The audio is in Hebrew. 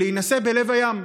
להינשא בלב הים,